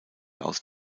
aus